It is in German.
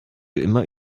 immer